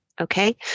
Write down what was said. okay